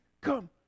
come